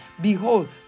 behold